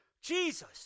Jesus